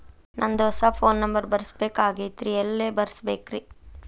ನಂದ ಹೊಸಾ phone number ಬರಸಬೇಕ್ ಆಗೈತ್ರಿ ಎಲ್ಲೆ ಬರಸ್ಬೇಕ್ರಿ?